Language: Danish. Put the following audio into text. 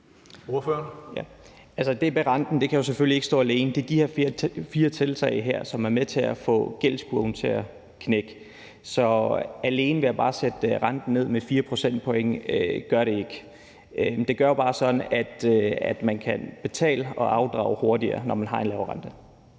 det med renten kan jo selvfølgelig ikke stå alene. Det er de her fire tiltag, som er med til at få gældskurven til at knække. Så alene det bare at sætte renten ned med 4 procentpoint gør det ikke. Det gør jo bare det, at man kan betale og afdrage hurtigere, når man har en lav rente.